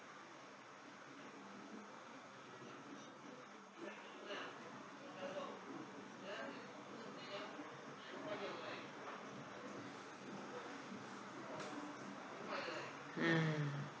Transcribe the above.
mm